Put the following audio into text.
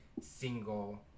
single